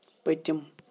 پٔتِم